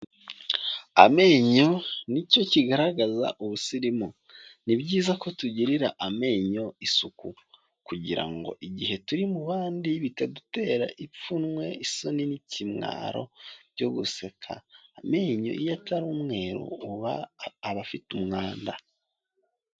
Amenyo nicyo kigaragaza ubusirimu, ni byiza ko tugirira amenyo isuku kugira ngo igihe turi mu bandi bitadutera ipfunwe isoni n’ikimwaro byo guseka. Amenyo iyo atari umweru aba afite umwanda.